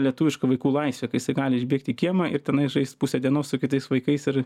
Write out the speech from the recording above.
lietuviška vaikų laisvė kai jisai gali išbėgt į kiemą ir tenais žaist pusę dienos su kitais vaikais ir